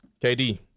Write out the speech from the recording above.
KD